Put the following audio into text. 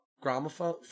gramophone